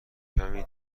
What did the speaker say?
کمی